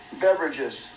beverages